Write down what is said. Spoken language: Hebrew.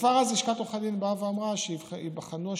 וכבר אז לשכת עורכי הדין אמרה שהשאלות ייבחנו,